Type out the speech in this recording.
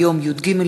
ינון מגל,